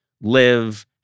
live